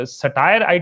satire